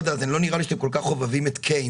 לא נראה לי שאתם כל כך חובבים את קיינס,